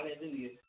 Hallelujah